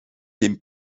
dem